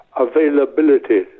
availability